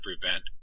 prevent